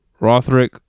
Rothrick